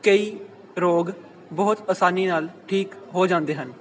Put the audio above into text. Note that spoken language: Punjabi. ਕਈ ਰੋਗ ਬਹੁਤ ਆਸਾਨੀ ਨਾਲ ਠੀਕ ਹੋ ਜਾਂਦੇ ਹਨ